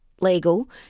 legal